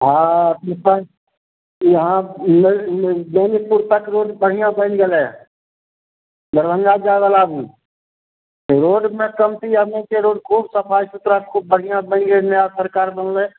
हँ पीपड़ इहाँ बेनीपुर तक रोड बढ़िआँ बनि गेलै हन दरभङ्गा जाय बला भी रोडमे कमती आर नहि छै खूब सफाइ सुथरा खुब बढ़िआँ बनि गेलै नया सरकार बनलै